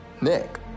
Nick